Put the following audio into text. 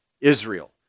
Israel